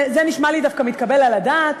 זה נשמע לי דווקא מתקבל על הדעת,